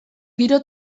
giro